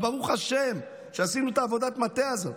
ברוך השם שעשינו את עבודת המטה הזאת,